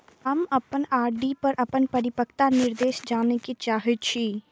हम अपन आर.डी पर अपन परिपक्वता निर्देश जाने के चाहि छी